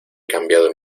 cambiado